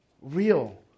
real